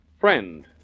friend